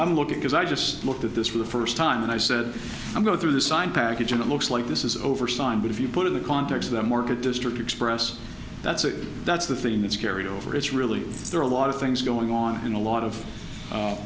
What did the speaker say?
i'm looking because i just looked at this for the first time and i said i'm going through the sign package and it looks like this is over sign but if you put in the context of the mortgage district express that's it that's the thing that's carried over it's really there are a lot of things going on in a lot of